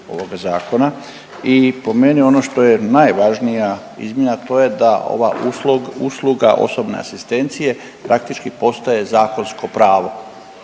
i po meni ono što je najvažnija izmjena, a to je da ova usluga osobne asistencije praktički postaje zakonsko pravo